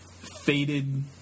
faded